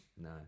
No